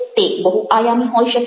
તે બહુઆયામી હોઈ શકે છે